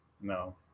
No